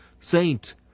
Saint